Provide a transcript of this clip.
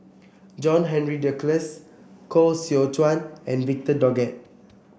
John Henry Duclos Koh Seow Chuan and Victor Doggett